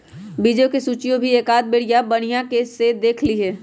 बीज के सूचियो भी एकाद बेरिया बनिहा से देख लीहे